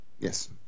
Yes